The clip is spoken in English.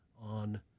on